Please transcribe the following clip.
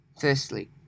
Firstly